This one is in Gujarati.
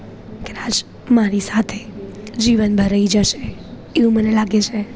કદાચ મારી સાથે જીવનભર રહી જશે એવું મને લાગે છે